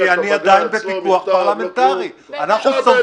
לא הגשת בג"ץ, לא מכתב, לא כלום.